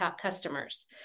customers